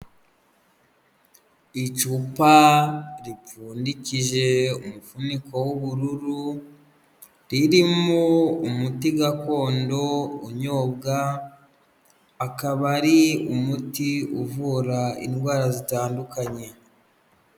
Icupa ripfundikije umufuniko w'ubururu ririmo umuti gakondo unyobwa, akaba ari umuti uvura indwara zitandukanye.